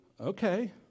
Okay